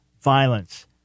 violence